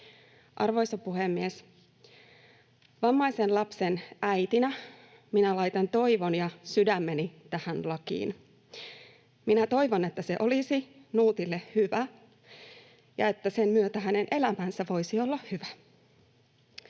Arvoisa puhemies! Vammaisen lapsen äitinä minä laitan toivoni ja sydämeni tähän lakiin. Minä toivon, että se olisi Nuutille hyvä ja että sen myötä hänen elämänsä voisi olla hyvä.